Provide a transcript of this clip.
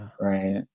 Right